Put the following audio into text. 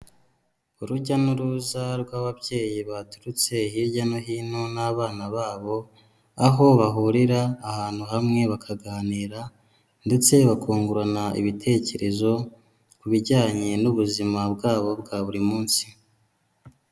Urujya n'uruza rw'ababyeyi baturutse hirya no hino n'abana babo, aho bahurira ahantu hamwe bakaganira ndetse bakungurana ibitekerezo ku bijyanye n'ubuzima bwabo bwa buri munsi.